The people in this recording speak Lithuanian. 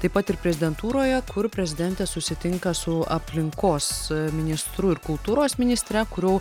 taip pat ir prezidentūroje kur prezidentė susitinka su aplinkos ministru ir kultūros ministre kurių